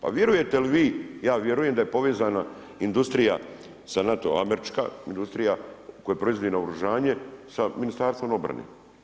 Pa vjerujete li vi, ja vjerujem da je povezana industrija sa NATO američka industrija, koja proizvodi naoružanje, sa Ministarstvom obrane.